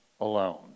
alone